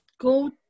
go